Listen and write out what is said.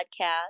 podcast